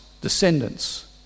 descendants